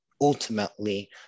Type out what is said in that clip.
ultimately